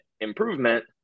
improvement